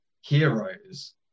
heroes